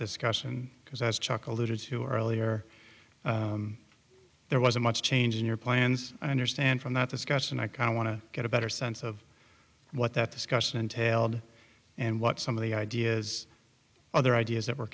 discussion because as chuck alluded to earlier there was a much change in your plans i understand from that discussion i kind of want to get a better sense of what that discussion entailed and what some of the ideas other ideas that were